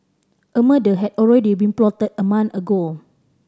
a murder had already been plotted a month ago